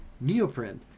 neoprene